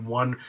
one